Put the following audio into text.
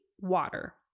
water